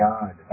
God